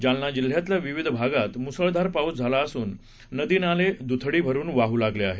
जालना जिल्ह्यातल्या विविध भागात मुसळधार पाऊस झाला असून नदी नाले द्थडी भरून वाहू लागले आहेत